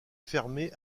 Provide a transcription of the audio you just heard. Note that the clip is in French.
fermée